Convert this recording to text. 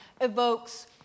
evokes